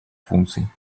функций